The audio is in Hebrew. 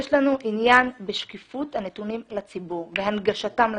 יש לנו עניין בשקיפות הנתונים לציבור ובהנגשתם לציבור.